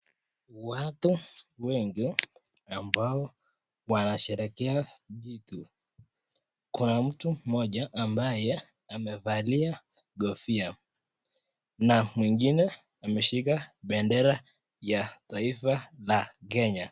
Watu wengi ambao wanasherehekea kitu. Kuna mtu mmoja ambaye amevali kofia na mwengine ameshika bendera ya taifa la Kenya.